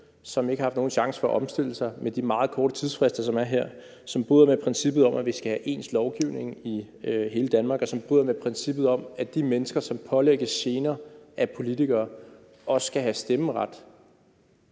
som ikke har haft en chance for at omstille sig med de meget korte tidsfrister, som der er her, som bryder med princippet om, at vi skal have ens lovgivning i hele Danmark, og som bryder med princippet om, at de mennesker, som pålægges gener af politikere, også skal have stemmeret